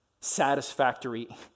satisfactory